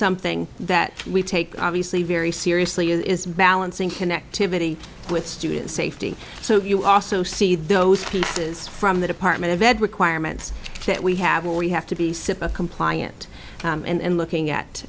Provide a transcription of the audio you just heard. something that we take obviously very seriously is balancing connectivity with student safety so you also see those pieces from the department of ed requirements that we have what we have to be simple compliant and looking